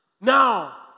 Now